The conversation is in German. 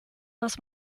was